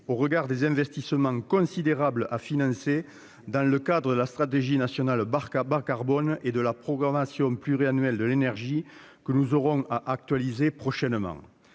au regard des investissements considérables à financer dans le cadre de la stratégie nationale bas-carbone et de la programmation pluriannuelle de l'énergie, que nous aurons à actualiser prochainement.